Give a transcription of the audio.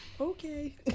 Okay